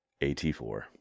at4